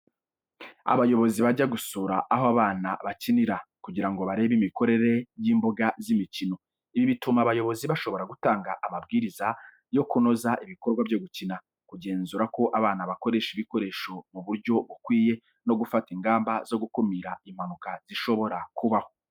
Abayobozi bajya gusura aho abana bakinira, kugira ngo barebe imikorere y'imbuga z'imikino. Ibi bituma abayobozi bashobora gutanga amabwiriza yo kunoza ibikorwa byo gukina, kugenzura ko abana bakoresha ibikoresho mu buryo bukwiye, no gufata ingamba zo gukumira impanuka zishobora kubaho.